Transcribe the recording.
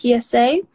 psa